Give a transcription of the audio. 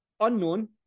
Unknown